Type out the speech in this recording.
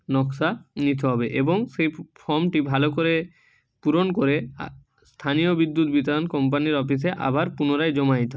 নকশা নিতে হবে এবং সেই ফর্মটি ভালো করে পূরণ করে স্থানীয় বিদ্যুৎ বিতরণ কোম্পানির অফিসে আবার পুনরায় জমা দিতে হবে